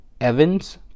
Evans